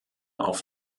auf